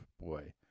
boy